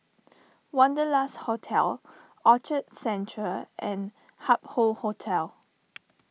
Wanderlust Hotel Orchard Central and Hup Hoe Hotel